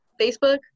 Facebook